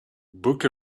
book